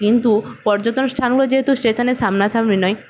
কিন্তু পর্যটন স্থানগুলো যেহেতু স্টেশনের সামনাসামনি নেই